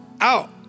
out